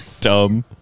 dumb